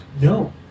No